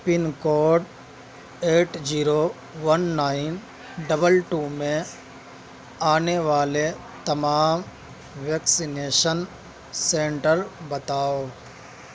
پن code eight zero one nine double two میں آنے والے تمام ویکسینیشن سنٹر بتاؤ